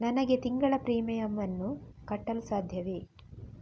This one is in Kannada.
ನನಗೆ ತಿಂಗಳ ಪ್ರೀಮಿಯಮ್ ಅನ್ನು ಕಟ್ಟಲು ಸಾಧ್ಯವೇ?